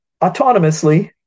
autonomously